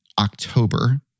October